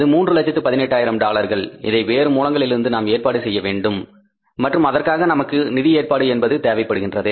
அது 318000 டாலர்கள் இதை வேறுசில மூலங்களிலிருந்து நாம் ஏற்பாடு செய்யவேண்டும் மற்றும் அதற்காக நமக்கு நிதி ஏற்பாடு என்பது தேவைப்படுகின்றது